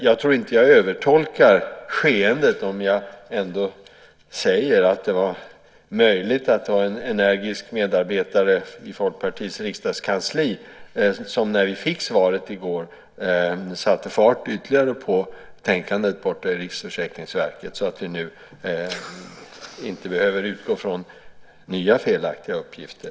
Jag tror inte att jag övertolkar skeendet om jag ändå säger att det är möjligt att det var en energisk medarbetare i Folkpartiets riksdagskansli som när vi i går fick svaret satte ytterligare fart på tänkandet hos Riksförsäkringsverket så att vi nu inte behöver utgå från nya felaktiga uppgifter.